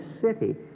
city